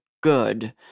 good